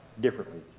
differently